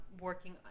working